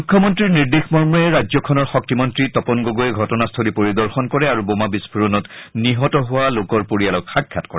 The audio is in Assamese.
মুখ্যমন্ত্ৰীৰ নিৰ্দেশ মৰ্মে ৰাজ্যখনৰ শক্তিমন্ত্ৰী তপন গগৈয়ে ঘটনাস্থলী পৰিদৰ্শন কৰে আৰু বোমা বিস্ফোৰণত নিহত হোৱা লোকৰ পৰিয়ালক সাক্ষাৎ কৰে